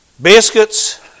Biscuits